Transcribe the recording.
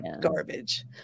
Garbage